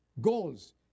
goals